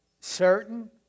certain